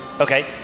Okay